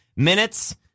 Minutes